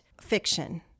fiction